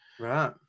Right